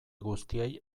guztiei